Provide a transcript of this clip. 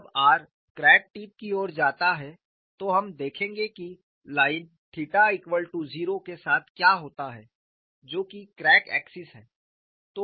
जब r crack tip की ओर जाता है तो हम देखेंगे कि लाइन 0 के साथ क्या होता है जो कि क्रैक एक्सिस है